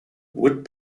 would